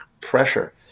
pressure